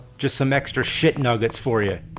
just some extra shit nuggets for you.